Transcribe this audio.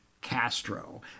Castro